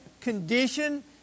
condition